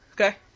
okay